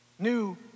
New